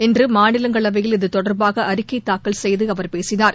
இன்றுமாநிலங்களையில் இது தொடர்பாகஅறிக்கைதாக்கல் செய்துஅவர் பேசினார்